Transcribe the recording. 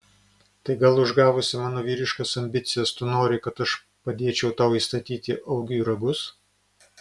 tai gal užgavusi mano vyriškas ambicijas tu nori kad aš padėčiau tau įstatyti augiui ragus